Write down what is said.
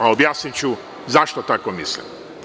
Objasniću zašto tako mislim.